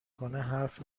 کنه، حرف